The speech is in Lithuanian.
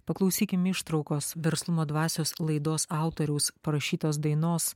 paklausykim ištraukos verslumo dvasios laidos autoriaus parašytos dainos